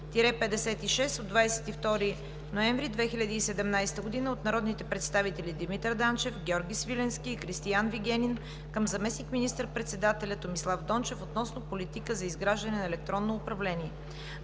754-05-56 от 22 ноември 2017 г. от народните представители Димитър Данчев, Георги Свиленски и Кристиан Вигенин към заместник министър-председателя Томислав Дончев относно политика за изграждане на електронно управление